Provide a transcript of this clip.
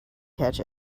catch